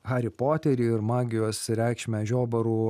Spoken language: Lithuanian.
harį poterį ir magijos reikšmę žiobarų